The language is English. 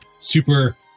Super